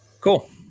Cool